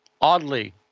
oddly